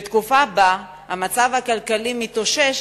בתקופה שבה המצב הכלכלי מתאושש,